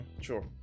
Sure